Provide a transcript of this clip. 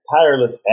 tireless